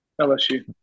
LSU